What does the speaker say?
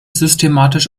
systematisch